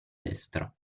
destra